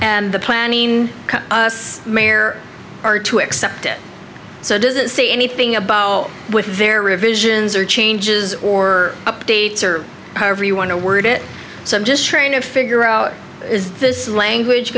and the planning may or are to accept it so does it say anything about with their revisions or changes or updates or however you want to word it so i'm just trying to figure out is this language